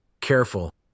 careful